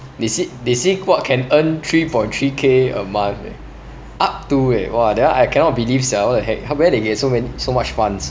they say they say what can earn three point three K a month eh up to eh !wah! that one I cannot believe sia what the heck where they get so many so much funds